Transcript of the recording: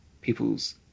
people's